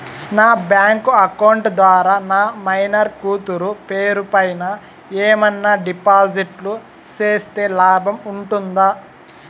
నా bank account ద్వారా నా మైనర్ కూతురు పేరు పైన ఏమన్నా డిపాజిట్లు సేస్తే లాభం ఉంటుందా?